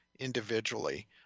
individually